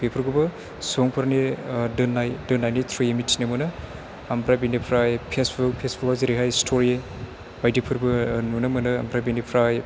बेफोरखौबो सुबुंफोरनि दोननायनि थ्रुयै मिथिनो मोनो ओमफ्राय बिनिफ्राय पेसबुक पेसबुकआ जेरैहाय स्तरि बायदि फोरबो नुनो मोनो बेनिफ्राय